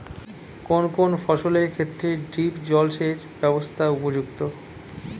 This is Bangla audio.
কোন কোন ফসলের ক্ষেত্রে ড্রিপ জলসেচ ব্যবস্থা উপযুক্ত?